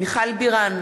מיכל בירן,